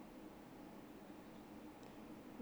no like change uni ah